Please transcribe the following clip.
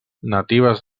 natives